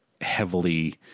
Heavily